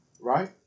right